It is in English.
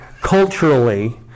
culturally